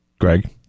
Greg